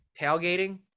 tailgating